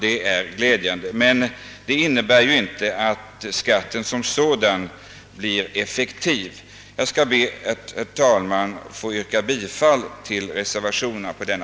Detta är glädjande, men det innebär ju inte att skatten som sådan blir effektiv. Jag skall be, herr talman, att få yrka bifall till reservationen.